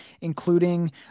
including